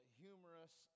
humorous